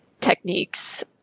techniques